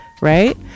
right